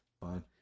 Fine